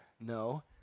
no